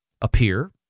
appear